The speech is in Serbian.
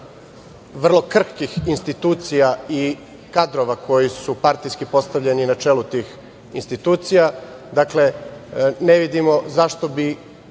vrlo krhkih institucija i kadrova koji su partijski postavljeni i na čelu tih institucija. Dakle, ne vidimo zašto bi